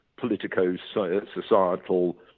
politico-societal